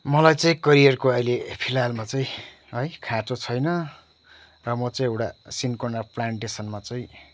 मलाई चाहिँ करियरको अहिले फिलहालमा चाहिँ है खाँचो छैन र म चाहिँ एउटा सिनकोना प्लान्टेसनमा चाहिँ